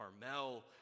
Carmel